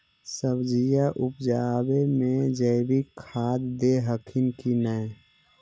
सब्जिया उपजाबे मे जैवीक खाद दे हखिन की नैय?